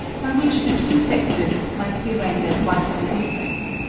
by which the two sexes might be rendered widely different.